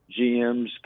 GMs